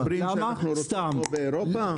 מדברים שאנחנו רוצים כמו באירופה?